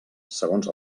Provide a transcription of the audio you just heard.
segons